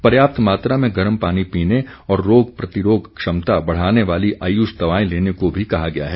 पर्याप्त मात्रा में गर्म पानी पीने और रोग प्रतिरोग क्षमता बढ़ाने वाली आयुष दवाएं लेने को भी कहा गया है